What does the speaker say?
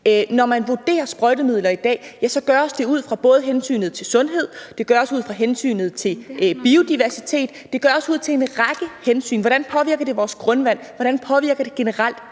Når man vurderer sprøjtemidler i dag, gøres det ud fra både hensynet til sundhed og hensynet til biodiversitet. Det gøres ud fra en række hensyn. Hvordan påvirker det vores grundvand, og hvordan påvirker det generelt